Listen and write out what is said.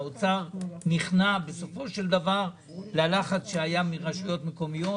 האוצר נכנע בסופו של דבר ללחץ שהיה מרשויות מקומיות